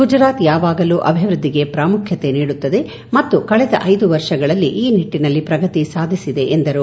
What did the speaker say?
ಗುಜರಾತ್ ಯಾವಾಗಲೂ ಅಭಿವೃದ್ದಿಗೆ ಪ್ರಾಮುಖ್ಯತೆ ನೀಡುತ್ತದೆ ಮತ್ತು ಕಳಧ ಐದು ವರ್ಷಗಳಲ್ಲಿ ಈ ನಿಟ್ಟನಲ್ಲಿ ಪ್ರಗತಿ ಸಾಧಿಸಿದೆ ಎಂದರು